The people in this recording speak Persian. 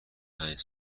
پنج